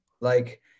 Like-